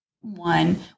one